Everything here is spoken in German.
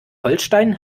holstein